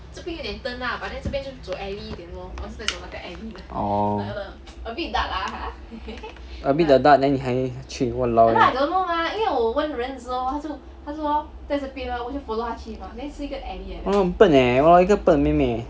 orh a bit the dark then 你还去 !walao! eh !walao! eh 很笨 eh 一个笨的妹妹